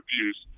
abuse